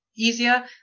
easier